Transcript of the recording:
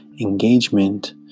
engagement